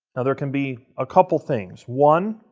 now, there can be a couple things. one,